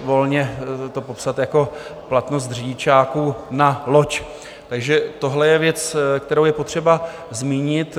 volně to popsat jako platnost řidičáků na loď, takže tohle je věc, kterou je potřeba zmínit.